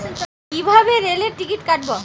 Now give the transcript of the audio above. কিভাবে রেলের টিকিট কাটব?